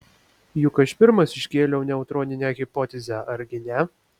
juk aš pirmas iškėliau neutroninę hipotezę argi ne